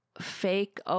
fake